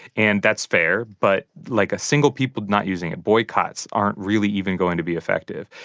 and that's fair. but, like, a single people not using it, boycotts, aren't really even going to be effective.